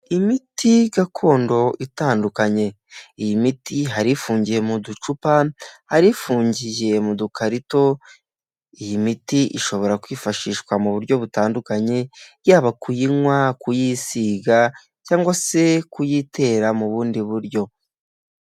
Imiti gakondo itandukanye. Iyi miti hari ifungiye mu ducupa, hari ifungiye mu dukarito, iyi miti ishobora kwifashishwa mu buryo butandukanye yaba kuyinywa, kuyisiga cyangwa se kuyitera mu bundi buryo.